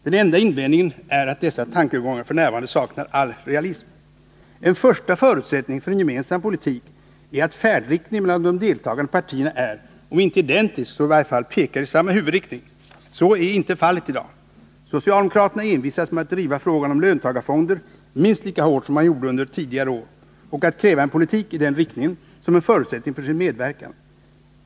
Den enda invändningen är att dessa tankegångar f. n. saknar all realism. En första förutsättning för en gemensam politik är att de deltagande partiernas färdriktningar, även om de inte är identiska, i varje fall pekar åt samma håll. Så är inte fallet i dag. Socialdemokraterna envisas med att driva frågan om löntagarfonder minst lika hårt som man gjorde under tidigare år och att kräva en politik i den riktningen såsom en förutsättning för sin medverkan.